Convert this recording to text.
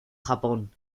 japón